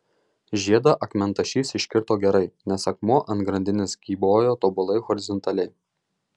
žiedą akmentašys iškirto gerai nes akmuo ant grandinės kybojo tobulai horizontaliai